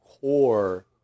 core